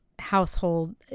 household